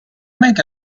make